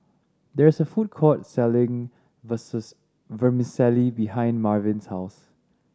there is a food court selling Vermicelli behind Marvin's house